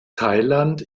thailand